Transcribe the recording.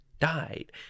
died